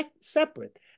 separate